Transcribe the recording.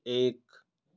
एक